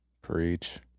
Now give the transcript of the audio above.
preach